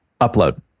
upload